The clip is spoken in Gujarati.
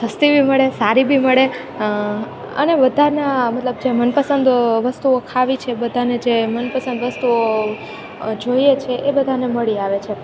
સસ્તી બી મળે સારી બી મળે અને વધારના મતલબ જે મનપસંદ વસ્તુઓ ખાવી છે બધાને જે મનપસંદ વસ્તુઓ જોઈએ છે એ બધાને મળી આવે છે